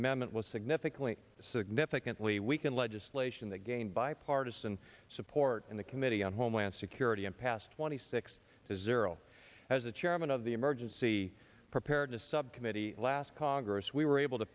amendment was significantly significantly weaken legislation that gained bipartisan support in the committee on homeland security and past twenty six zero as the chairman of the emergency preparedness subcommittee last congress we were able to